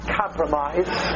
compromise